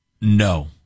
No